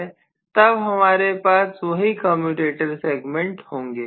तब हमारे पास वही कम्यूटेटर सेगमेंट होंगे